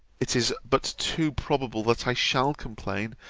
it is but too probable that i shall complain,